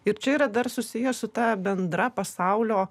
ir čia yra dar susiję su ta bendra pasaulio